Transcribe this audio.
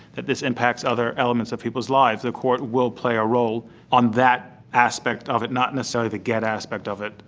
that this impacts other elements of people's lives, the court will play a role on that aspect of it, not necessarily the gett aspect of it,